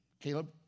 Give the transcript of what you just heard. Caleb